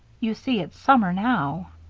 you see it's summer now.